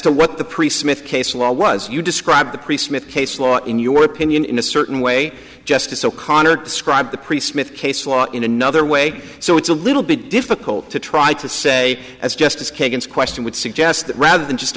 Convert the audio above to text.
to what the pre smith case law was you describe the priest myth case law in your opinion in a certain way justice o'connor described the pre smith case law in another way so it's a little bit difficult to try to say as justice kagan question would suggest that rather than just